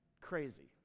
Crazy